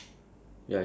ya